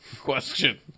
Question